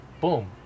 boom